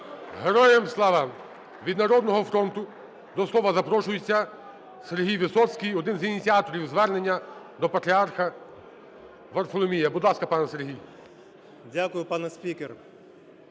Героям слава! Від "Народного фронту" до слова запрошується Сергій Висоцький, один із ініціаторів звернення до Патріарха Варфоломія. Будь ласка, пане Сергій. 13:27:01